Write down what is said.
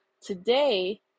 today